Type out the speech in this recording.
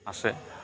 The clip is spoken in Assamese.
আছে